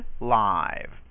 Live